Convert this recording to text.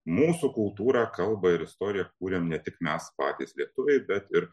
mūsų kultūrą kalbą ir storiją kūrėm ne tik mes patys lietuviai bet ir